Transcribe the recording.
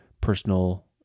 personal